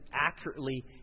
accurately